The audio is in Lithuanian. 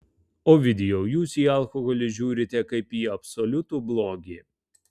ovidijau jūs į alkoholį žiūrite kaip į absoliutų blogį